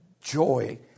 joy